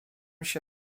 się